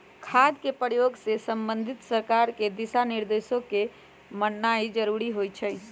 खाद के प्रयोग से संबंधित सरकार के दिशा निर्देशों के माननाइ जरूरी होइ छइ